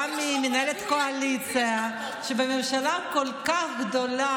אני מצפה גם ממנהלת הקואליציה שבממשלה כל כך גדולה